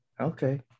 Okay